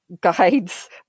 guides